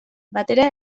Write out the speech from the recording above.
batera